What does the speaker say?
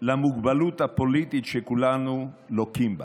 למוגבלות הפוליטית שכולנו לוקים בה.